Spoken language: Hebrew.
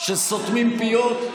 שסותמים פיות,